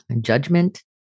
judgment